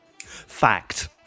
Fact